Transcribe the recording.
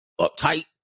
uptight